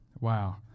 Wow